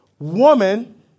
Woman